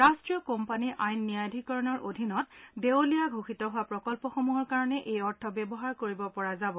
ৰাট্টীয় কোম্পানী আইন ন্যায়াধীকৰণৰ অধীনত দেওলীয়া ঘোষিত হোৱা প্ৰকল্পসমূহৰ কাৰণে এই অৰ্থ ব্যৱহাৰ কৰিব পৰা যাব